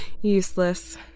Useless